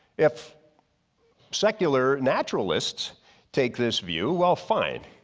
if secular naturalists take this view, while fine.